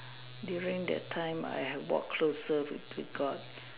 during that time I have walk closer with with God